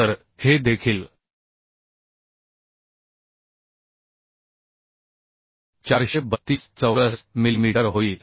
तर हे देखील 432 चौरस मिलीमीटर होईल